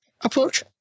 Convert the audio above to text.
approach